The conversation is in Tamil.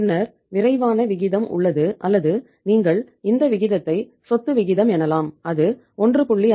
பின்னர் விரைவான விகிதம் உள்ளது அல்லது நீங்கள் இந்த விகிதத்தை சொத்து விகிதம் எனலாம் அது 1